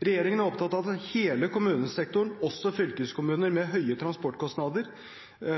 Regjeringen er opptatt av hele kommunesektoren, også fylkeskommuner med høye transportkostnader.